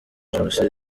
jenoside